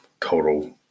total